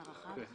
חבר'ה, אתם